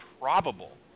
probable